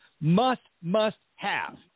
must-must-have